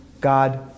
God